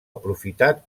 aprofitat